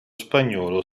spagnolo